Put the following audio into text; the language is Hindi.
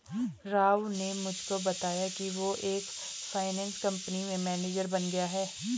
राव ने मुझे बताया कि वो एक फाइनेंस कंपनी में मैनेजर बन गया है